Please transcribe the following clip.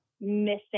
missing